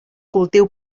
cultiu